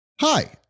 Hi